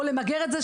או למגר את זה,